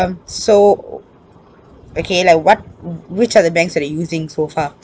um so okay like what which are the banks that you are using so far